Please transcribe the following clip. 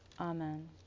Amen